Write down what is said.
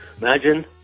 Imagine